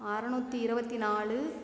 அறநூற்றி இருபத்தி நாலு